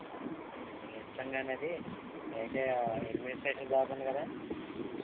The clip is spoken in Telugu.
సరే నీ ఇష్టం కానీ అది అయితే అడ్మినిస్ట్రేషన్ బ్లాక్ ఉంది కదా